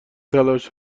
تلاش